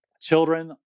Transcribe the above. children